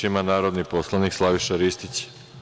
Reč ima narodni poslanik Slaviša Ristić.